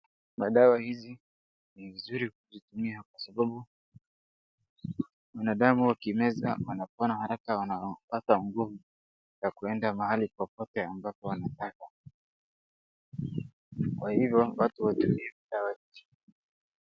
Madawa hizi ni vizuri kuzitumia kwa sababu binadamu wakimeza wanapona haraka wanapata nguvu ya kuenda mahali popote ambapo wanataka. Kwa hivyo watu watumie dawa vizuri.